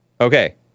Okay